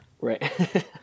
Right